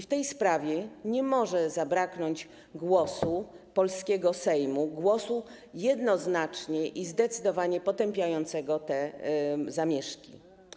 W tej sprawie nie może zabraknąć głosu polskiego Sejmu, głosu jednoznacznie i zdecydowanie potępiającego te zamieszki.